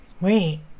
Wait